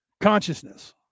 consciousness